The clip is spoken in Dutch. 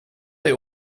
deed